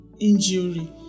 Injury